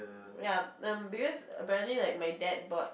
ya um because apparently like my dad bought